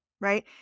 Right